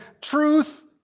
truth